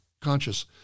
conscious